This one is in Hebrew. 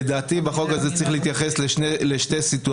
לדעתי בחוק הזה צריך להתייחס לשתי סיטואציות,